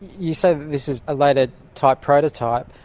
you say this is a later type prototype.